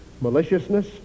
maliciousness